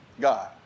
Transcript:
God